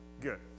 good